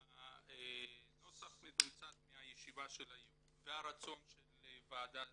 נוסח מתומצת מהישיבה של היו והרצון של הועדה